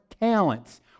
talents